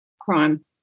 crime